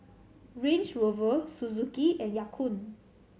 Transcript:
Range Rover Suzuki and Ya Kun